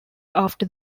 after